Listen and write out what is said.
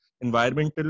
environmental